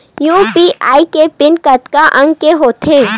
UPI के PIN कतका अंक के होथे?